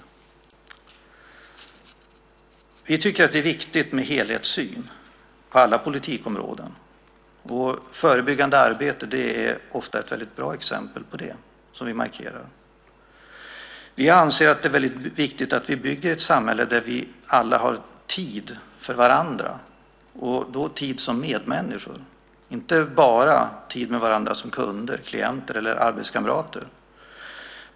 Vi tycker att det är viktigt med helhetssyn på alla politikområden. Förebyggande arbete är ofta ett väldigt bra exempel på det, vilket vi också markerar. Vi anser att det är väldigt viktigt att vi bygger ett samhälle där vi alla har tid för varandra - och då tid som medmänniskor, inte bara som kunder, klienter eller arbetskamrater.